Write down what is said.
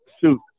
Shoot